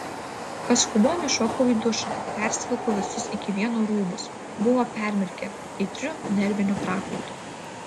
paskubom įšokau į dušą persivilkau visus iki vieno rūbus buvo permirkę aitriu nerviniu prakaitu